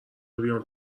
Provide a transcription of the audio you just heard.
بیام